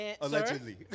Allegedly